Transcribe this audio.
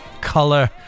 color